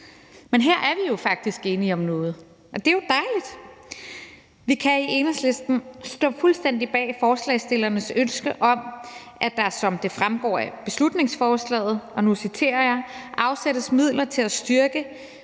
Men her er vi faktisk enige om noget, og det er jo dejligt. Vi kan i Enhedslisten stå fuldstændig bag forslagsstillernes ønske om, at der, som det fremgår af beslutningsforslaget, og jeg citerer, »afsættes midler til at styrke